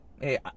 Hey